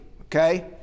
Okay